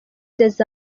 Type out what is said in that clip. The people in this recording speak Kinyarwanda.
des